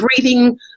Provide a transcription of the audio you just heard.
breathing